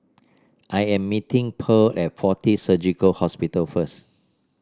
I am meeting Pearle at Fortis Surgical Hospital first